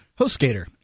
HostGator